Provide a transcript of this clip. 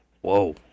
Whoa